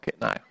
now